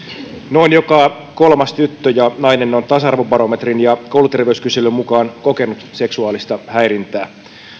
noin joka kolmas tyttö ja nainen on tasa arvobarometrin ja kouluterveyskyselyn mukaan kokenut seksuaalista häirintää